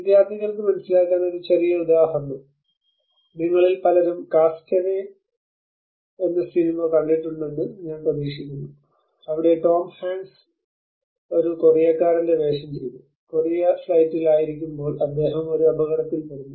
വിദ്യാർത്ഥികൾക്ക് മനസിലാക്കാൻ ഒരു ചെറിയ ഉദാഹരണം നിങ്ങളിൽ പലരും കാസ്റ്റ് എവേ സിനിമ കണ്ടിട്ടുണ്ടെന്ന് ഞാൻ പ്രതീക്ഷിക്കുന്നു അവിടെ ടോം ഹാങ്ക്സ് ഒരു കൊറിയക്കാരന്റെ വേഷം ചെയ്തു കൊറിയ ഫ്ലൈറ്റിൽ ആയിരിക്കുമ്പോൾ അദ്ദേഹം ഒരു അപകടത്തിൽ പെടുന്നു